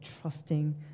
trusting